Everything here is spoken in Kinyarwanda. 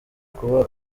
kuba